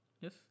Yes